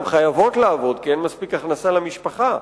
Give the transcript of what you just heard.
הן חייבות לעבוד כי אין מספיק הכנסה למשפחה.